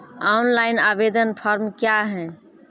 Online आवेदन form क्या हैं?